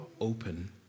open